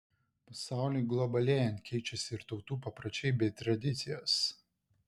pasauliui globalėjant keičiasi ir tautų papročiai bei tradicijos